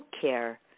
care